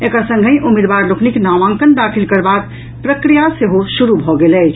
एकर संगहि उम्मीदवार लोकनिक नामांकन दाखिल करबाक प्रक्रिया सेहो शुरू भऽ गेल अछि